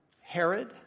Herod